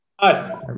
Hi